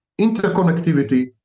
interconnectivity